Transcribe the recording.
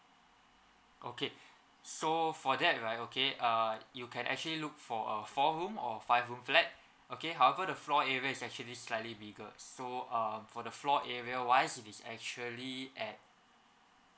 okay so for that right okay err you can actually look for a four room or five room flat okay however the floor area is actually slightly bigger so uh for the floor area wise it is actually at